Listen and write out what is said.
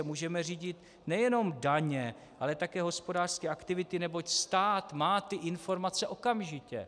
Můžeme řídit nejenom daně, ale také hospodářské aktivity, neboť stát má ty informace okamžitě.